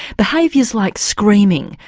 behaviours like screaming,